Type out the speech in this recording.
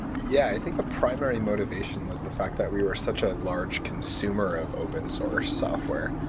yeah i think a primary motivation was the fact that we were such a large consumer of open-source software.